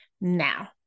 Now